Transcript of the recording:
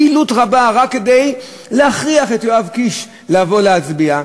פעילות רבה רק כדי להכריח את יואב קיש לבוא להצביע,